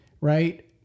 Right